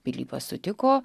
pilypas sutiko